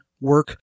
work